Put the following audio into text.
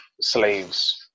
slaves